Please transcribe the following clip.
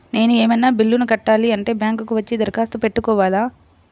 నేను ఏమన్నా బిల్లును కట్టాలి అంటే బ్యాంకు కు వచ్చి దరఖాస్తు పెట్టుకోవాలా?